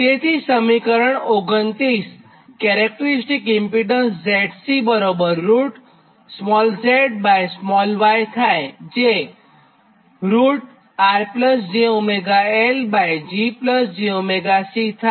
તેથીસમીકરણ ૨૯કેરેક્ટરીસ્ટીક impedance ZC zy થાય જે rjωLgjωC થાય